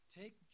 Take